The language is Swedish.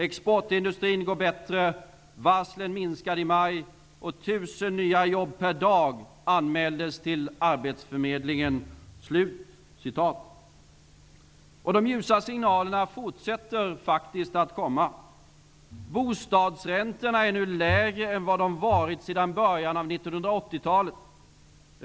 Exportindustrin går bättre, varslen minskade i maj och tusen nya jobb per dag anmäldes till arbetsförmedlingen. De ljusa signalerna fortsätter faktiskt att komma. Bostadsräntorna är nu lägre än vad de varit sedan början av 1980-talet.